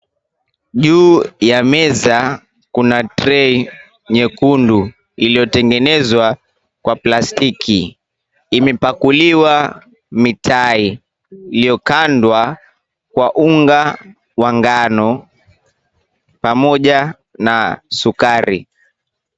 Juu ya meza, kuna trei nyekundu iliyotengenezwa kwa plastiki. Imepakuliwa mitai iliyokandwa kwa unga wa ngano pamoja na sukari.